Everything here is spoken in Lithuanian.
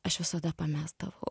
aš visada pamesdavau